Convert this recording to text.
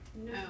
No